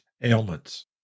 ailments